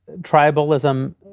Tribalism